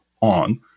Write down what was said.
on